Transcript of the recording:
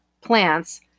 plants